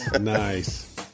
nice